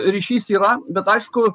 ryšys yra bet aišku